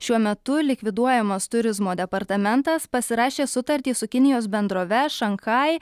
šiuo metu likviduojamas turizmo departamentas pasirašė sutartį su kinijos bendrove šanchai